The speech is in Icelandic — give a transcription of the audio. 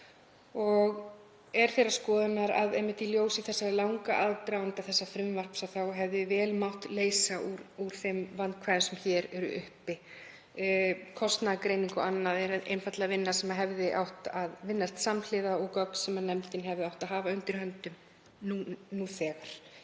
um réttindi fatlaðs fólks. Í ljósi hins langa aðdraganda þessa frumvarps hefði vel mátt leysa úr þeim vandkvæðum sem hér eru uppi. Kostnaðargreining og annað er einfaldlega vinna sem hefði átt að vinnast samhliða og gögn sem nefndin hefði átt að hafa undir höndum nú þegar.